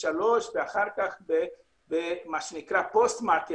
ואחר כך במה שנקרא Post marketing evaluation.